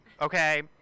okay